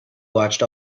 watched